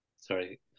Sorry